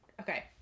Okay